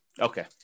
Okay